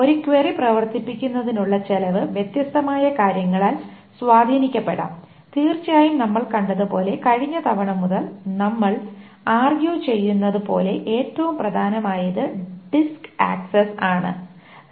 ഒരു ക്വയറി പ്രവർത്തിപ്പിക്കുന്നതിനുള്ള ചെലവ് വ്യത്യസ്തമായ കാര്യങ്ങളാൽ സ്വാധീനിക്കപ്പെടാം തീർച്ചയായും നമ്മൾ കണ്ടത് പോലെ കഴിഞ്ഞ തവണ മുതൽ നമ്മൾ ആർഗ്യു ചെയ്യുന്നത് പോലെ ഏറ്റവും പ്രധാനമായത് ഡിസ്ക് ആക്സസ് ആണ്